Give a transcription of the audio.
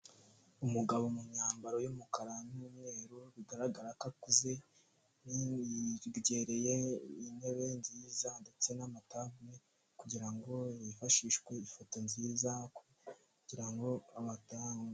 Umugabo mu myambaro y'umukara n'umweru, bigaragara ko akuze, yegereye intebe nziza ndetse n'amatabure kugira ngo yifashishwe mu ifoto nziza, kugirango batange.